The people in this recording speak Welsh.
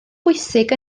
bwysig